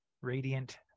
radiant